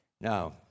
Now